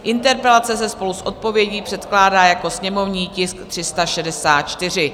Interpelace se spolu s odpovědí předkládá jako sněmovní tisk 364.